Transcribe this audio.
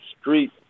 street